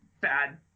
bad